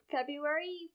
February